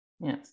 Yes